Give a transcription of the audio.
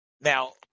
now